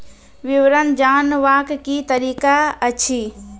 विवरण जानवाक की तरीका अछि?